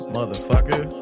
Motherfucker